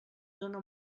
dóna